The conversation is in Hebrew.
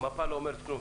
המפה לא אומרת כלום.